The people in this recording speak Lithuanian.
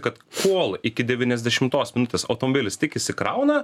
kad kol iki devyniasdešimtos minutės automobilis tik įsikrauna